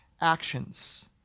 actions